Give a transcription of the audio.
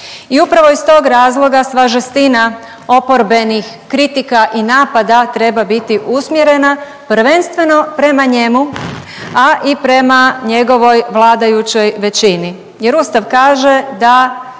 I upravo iz tog razloga sva žestina oporbenih kritika i napada treba biti usmjerena prvenstveno prema njemu a i prema njegovoj vladajućoj većini, jer Ustav kaže da